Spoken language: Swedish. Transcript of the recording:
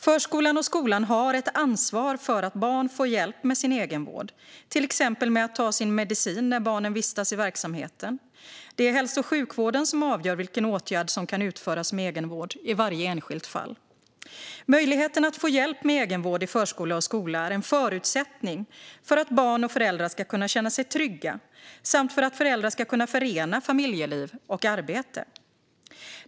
Förskolan och skolan har ett ansvar för att barn får hjälp med sin egenvård, till exempel med att ta sin medicin när barnen vistas i verksamheten. Det är hälso och sjukvården som avgör vilken åtgärd som kan utföras som egenvård i varje enskilt fall. Möjligheten att få hjälp med egenvård i förskola och skola är en förutsättning för att barn och föräldrar ska kunna känna sig trygga samt för att föräldrar ska kunna förena familjeliv och arbete.